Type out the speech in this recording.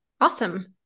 awesome